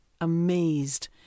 amazed